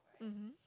mmhmm